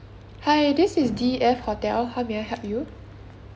hi this is D E F hotel how may I help you